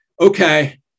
okay